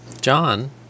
john